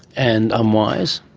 and unwise?